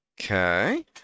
Okay